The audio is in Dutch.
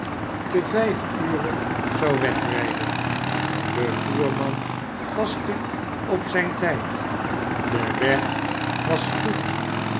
ten vijf ure zou wegrijden de voerman paste op zijn tijd de weg was goed